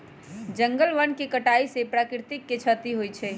जंगल वन के कटाइ से प्राकृतिक के छति होइ छइ